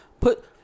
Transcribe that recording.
Put